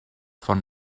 von